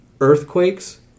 earthquakes